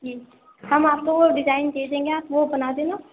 جی ہم آپ کو وہ ڈیزائن دے دیں گے آپ وہ بنا دینا